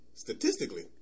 Statistically